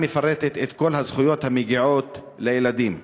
מפרטת את כל הזכויות המגיעות לילדים.